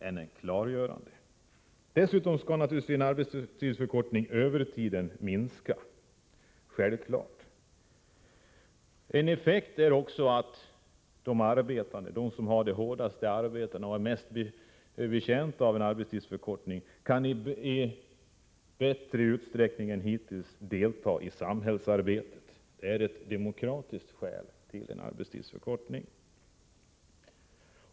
het Dessutom skall naturligtvis vid en arbetstidsförkortning övertiden minska. En effekt är också att de som har de hårdaste arbetena och är mest betjänta av en arbetstidsförkortning kan i större utsträckning än hittills delta i samhällsarbetet. Det är ett demokratiskt skäl för en arbetstidsförkortning.